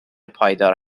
پایدار